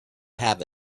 have